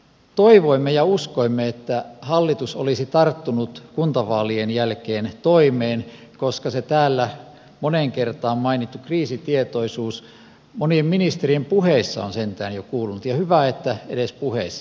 toivoimme ja uskoimme että hallitus olisi tarttunut kuntavaalien jälkeen toimeen koska se täällä moneen kertaan mainittu kriisitietoisuus monien ministerien puheissa on sentään jo kuulunut ja hyvä että edes puheissa